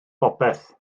bopeth